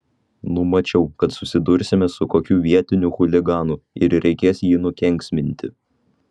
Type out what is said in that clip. numačiau kad susidursime su kokiu vietiniu chuliganu ir reikės jį nukenksminti